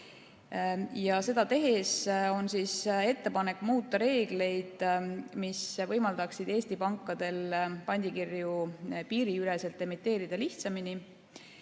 seda tehes on ettepanek muuta reegleid, mis võimaldaksid Eesti pankadel pandikirju piiriüleselt lihtsamini